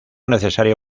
necesario